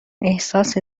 احساس